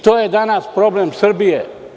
To je danas problem Srbije.